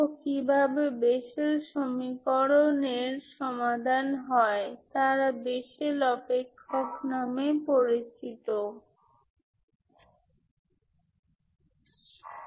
সুতরাং আমরা নির্দিষ্ট বাউন্ডারি কন্ডিশন সহ আরও একটি সিঙ্গুলার স্টর্ম লিওভিলে সিস্টেম দিতে পারি